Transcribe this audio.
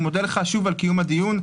אני מודה לך שוב על קיום הדיון.